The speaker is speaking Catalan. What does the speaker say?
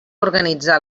organitzar